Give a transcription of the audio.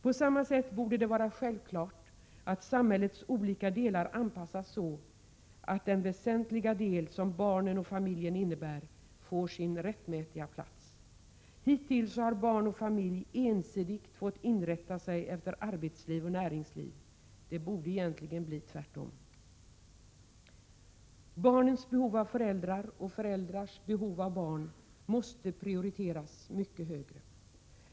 På samma sätt borde det vara självklart att samhällets olika delar anpassas så att den väsentliga del som barnen och familjen innebär får sin rättmätiga plats. Hittills har barn och familj ensidigt fått inrätta sig efter yttre arbetsliv och näringsliv. Det borde egentligen bli tvärtom. Barns behov av föräldrar och föräldrars behov av barn måste prioriteras mycket högre.